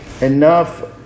enough